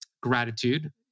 gratitude